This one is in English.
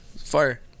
Fire